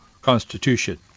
constitution